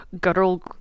guttural